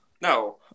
no